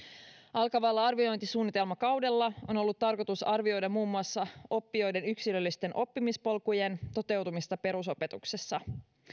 alkavalla arviointisuunnitelmakaudella on ollut tarkoitus arvioida muun muassa oppijoiden yksilöllisten oppimispolkujen toteutumista perusopetuksessa